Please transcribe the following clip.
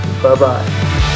Bye-bye